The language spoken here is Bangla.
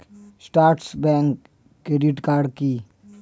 ট্রাস্ট ব্যাংক ক্রেডিট কার্ড কি?